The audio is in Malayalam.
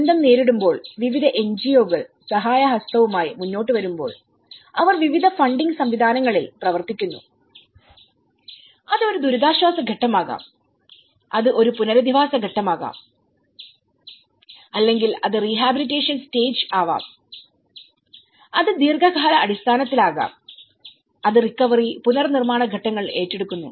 ദുരന്തം നേരിടുമ്പോൾ വിവിധ എൻജിഒകൾ സഹായഹസ്തവുമായി മുന്നോട്ടുവരുമ്പോൾ അവർ വിവിധ ഫണ്ടിംഗ് സംവിധാനങ്ങളിൽ പ്രവർത്തിക്കുന്നു അത് ഒരു ദുരിതാശ്വാസ ഘട്ടമാകാം അത് ഒരു പുനരധിവാസ ഘട്ടമാകാം അല്ലെങ്കിൽ അത് റീഹാബിലിടേഷൻ സ്റ്റേജ് റീഹാബിലിറ്റേഷൻആവാം അത് ദീർഘകാലാടിസ്ഥാനത്തിലാകാം അത് റിക്കവറി പുനർനിർമ്മാണ ഘട്ടങ്ങൾ ഏറ്റെടുക്കുന്നു